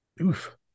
oof